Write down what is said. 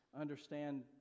understand